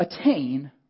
attain